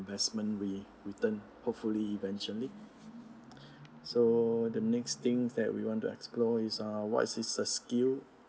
investment re~ return hopefully eventually so the next thing that we want to explore is err what's is a skill